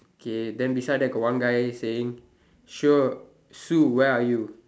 K then beside there got one guy saying sure Sue where are you